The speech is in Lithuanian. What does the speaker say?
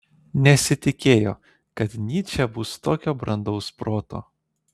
nesitikėjo kad nyčė bus tokio brandaus proto